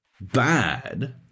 bad